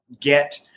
get